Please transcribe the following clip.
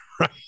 Right